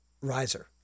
riser